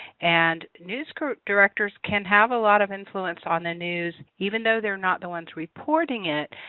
and news directors can have a lot of influence on the news. even though they're not the ones reporting it,